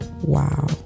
Wow